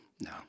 no